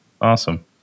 Awesome